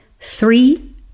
three